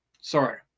sorry